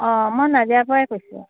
অঁ মই নাজিৰা পৰাই কৈছোঁ